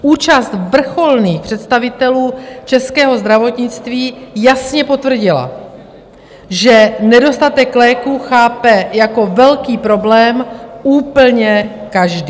Účast vrcholných představitelů českého zdravotnictví jasně potvrdila, že nedostatek léků chápe jako velký problém úplně každý.